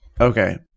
Okay